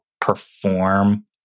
perform